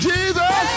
Jesus